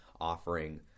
offering